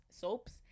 soaps